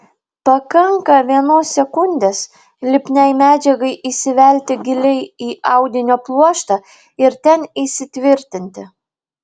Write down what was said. pakanka vienos sekundės lipniai medžiagai įsivelti giliai į audinio pluoštą ir ten įsitvirtinti